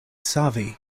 savi